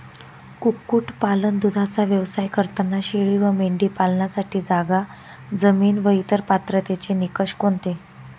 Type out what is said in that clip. कुक्कुटपालन, दूधाचा व्यवसाय करताना शेळी व मेंढी पालनासाठी जागा, जमीन व इतर पात्रतेचे निकष कोणते?